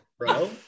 Bro